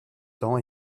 temps